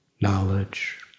knowledge